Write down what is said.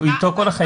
היא איתו לכל החיים.